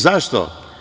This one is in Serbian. Zašto?